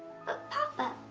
ah papa,